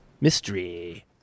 mystery